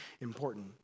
important